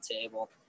table